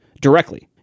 directly